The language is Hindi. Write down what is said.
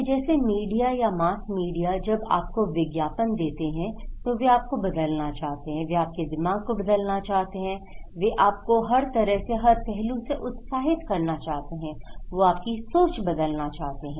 तो जैसे मीडिया या मास मीडिया जब आपको विज्ञापन देते हैं तो वे आपको बदलना चाहते हैं वे आपके दिमाग को बदलना चाहते हैं वे आपको हर तरह से हर पहलू से उत्साहित करना चाहते हैं वे आपकी सोच बदलना चाहते हैं